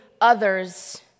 others